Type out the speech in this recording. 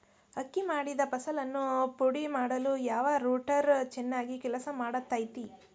ಅಕ್ಕಿ ಮಾಡಿದ ಫಸಲನ್ನು ಪುಡಿಮಾಡಲು ಯಾವ ರೂಟರ್ ಚೆನ್ನಾಗಿ ಕೆಲಸ ಮಾಡತೈತ್ರಿ?